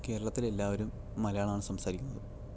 കേരളത്തിൽ എല്ലാവരും മലയാളമാണ് സംസാരിക്കുന്നത്